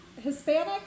Hispanic